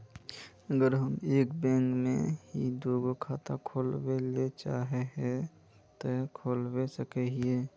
अगर हम एक बैंक में ही दुगो खाता खोलबे ले चाहे है ते खोला सके हिये?